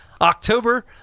October